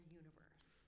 universe